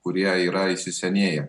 kurie yra įsisenėję